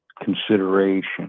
consideration